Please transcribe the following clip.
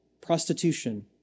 Prostitution